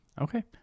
Okay